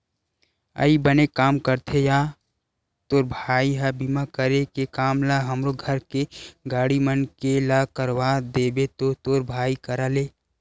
अई बने काम करथे या तोर भाई ह बीमा करे के काम ल हमरो घर के गाड़ी मन के ला करवा देबे तो तोर भाई करा ले